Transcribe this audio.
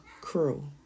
crew